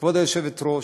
כבוד היושבת-ראש,